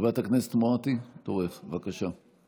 חברת הכנסת מואטי, תורך, בבקשה.